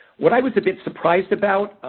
what i was a bit surprised about,